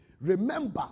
Remember